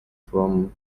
from